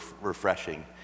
Refreshing